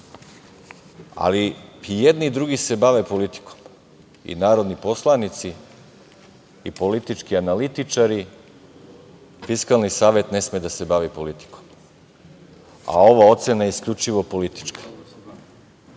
i jedni i drugi se bave politikom, i narodni poslanici i politički analitičari. Fiskalni savet ne sme da se bavi politikom, a ova ocena je isključivo politička,